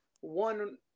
one